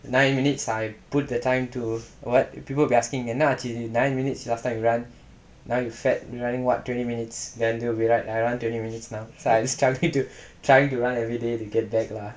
nine minutes I put the time to what people will be asking என்ன ஆச்சு:enna aachu nine minutes last time you run now you fat running what twenty minutes then they'll be right around twenty minutes now I'm struggling to trying to run everyday they get back lah